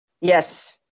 Yes